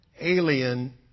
alien